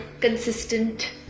consistent